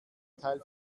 teil